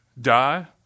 die